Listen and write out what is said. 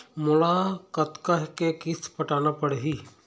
मोला कतका के किस्त पटाना पड़ही?